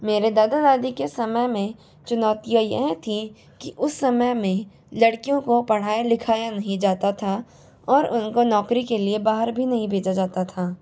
मेरे दादा दादी के समय में चुनौतियाँ यह थी कि उस समय में लड़कियों को पढ़ाया लिखाया नहीं जाता था और उनको नौकरी के लिए बाहर भी नहीं भेजा जाता था